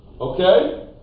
Okay